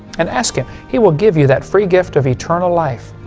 and ask him. he will give you that free gift of eternal life.